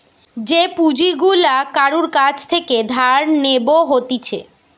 যে পুঁজি গুলা কারুর কাছ থেকে ধার নেব হতিছে